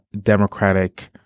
Democratic